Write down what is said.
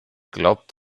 glaubt